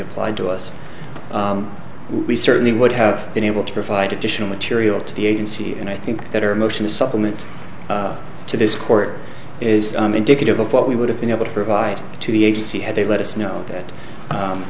applied to us we certainly would have been able to provide additional material to the agency and i think that our motion to supplement to this court is indicative of what we would have been able to provide to the agency had they let us know that